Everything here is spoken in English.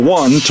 one